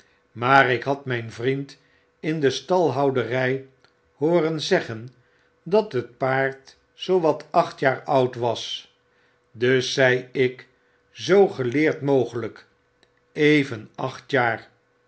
maar ik had myn vriend in de stalhouderij hooren zeggen dat het paard zoowat acht jaar oud was dus zei ik zoo geleerd mogelyk even acht jaar